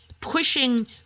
pushing